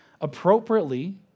appropriately